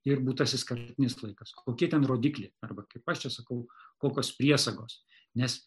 ir būtasis kartinis laikas kokie ten rodikliai arba kaip aš čia sakau kokios priesagos nes